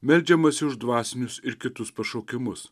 meldžiamasi už dvasinius ir kitus pašaukimus